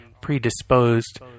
predisposed